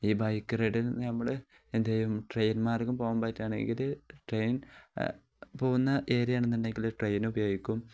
ഈ ബൈക്ക് റൈഡിൽ നമ്മൾ എന്ത് ചെയ്യും ട്രെയിൻ മാർഗം പോവാാൻ പറ്റുകയാണെങ്കിൽ ട്രെയിൻ പോകുന്ന ഏരിയാണെന്നുണ്ടെങ്കിൽ ട്രെയിൻ ഉപയോഗിക്കും